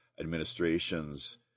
administrations